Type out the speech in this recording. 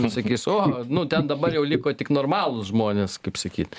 sakys o nu ten dabar jau liko tik normalūs žmonės kaip sakyt